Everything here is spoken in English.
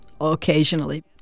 occasionally